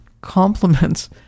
compliments